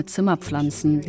Zimmerpflanzen